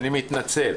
נכון,